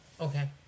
okay